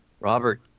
Robert